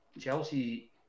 Chelsea